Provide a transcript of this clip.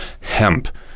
hemp